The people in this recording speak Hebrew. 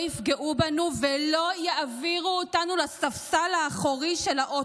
לא יפגעו בנו ולא יעבירו אותנו לספסל האחורי של האוטובוס.